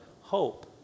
hope